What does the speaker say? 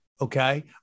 Okay